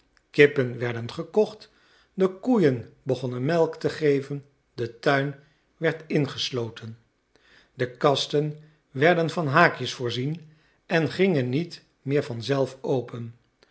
kippen werden gekocht de koeien begonnen melk te geven de tuin werd ingesloten de kasten werden van haakjes voorzien en gingen niet meer van zelf open